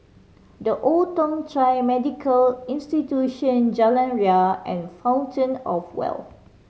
The Old Thong Chai Medical Institution Jalan Ria and Fountain Of Wealth